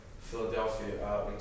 Philadelphia